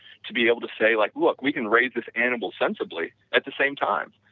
to be able to say like, look, we can raise this animal sensibly at the same time.